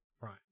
Right